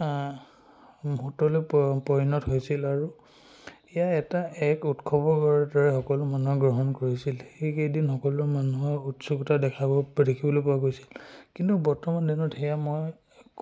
মূহুৰ্তলৈ প পৰিণত হৈছিল আৰু ইয়াৰ এটা এক উৎসৱৰ দৰে সকলো মানুহে গ্ৰহণ কৰিছিল সেইকেইদিন সকলো মানুহৰ উৎসুকতা দেখাব দেখিবলৈ পোৱা গৈছিল কিন্তু বৰ্তমান দিনত সেয়া মই